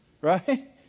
right